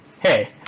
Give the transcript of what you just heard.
Hey